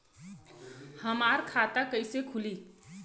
हमार खाता कईसे खुली?